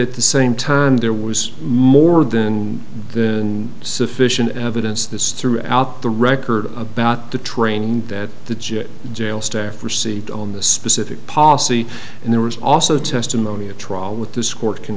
at the same time there was more than in sufficient evidence this throughout the record about the train that the jet jail staff received on the specific policy and there was also testimony at trial with this court can